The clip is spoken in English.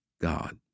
God